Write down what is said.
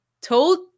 told